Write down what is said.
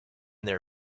their